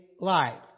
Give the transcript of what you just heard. life